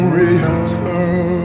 return